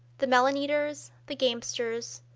the melon eaters, the gamesters,